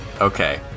Okay